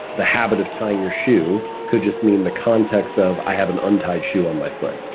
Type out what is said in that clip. the habit of tying your shoe could just mean the context of, i have an untied shoe on my foot.